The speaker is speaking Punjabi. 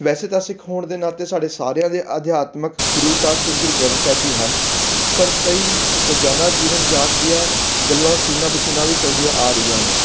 ਵੈਸੇ ਤਾਂ ਸਿੱਖ ਹੋਣ ਦੇ ਨਾਤੇ ਸਾਡੇ ਸਾਰਿਆਂ ਦੇ ਅਧਿਆਤਮਿਕ ਗੁਰੂ ਤਾਂ ਸ਼੍ਰੀ ਗੁਰੂ ਗ੍ਰੰਥ ਸਾਹਿਬ ਜੀ ਹਨ ਪਰ ਕਈ ਰੋਜ਼ਾਨਾ ਜੀਵਨ ਜਾਂਚ ਦੀਆਂ ਗੱਲਾਂ ਸੀਨਾ ਬਸੀਨਾ ਵੀ ਚਲਦੀਆਂ ਆ ਰਹੀਆਂ ਹਨ